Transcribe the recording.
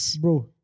Bro